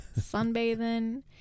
sunbathing